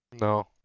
No